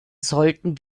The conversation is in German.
sollten